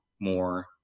more